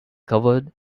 covered